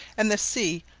and the c.